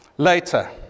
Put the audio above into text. Later